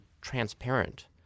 transparent